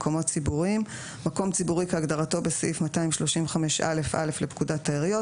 "מקומות ציבוריים" מקום ציבורי כהגדרתו בסעיף 235א(א) לפקודת העיריות,